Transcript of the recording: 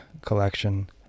collection